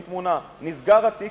עם תמונה: "נסגר התיק